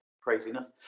craziness